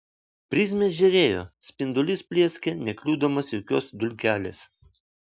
prizmės žėrėjo spindulys plieskė nekliudomas jokios dulkelės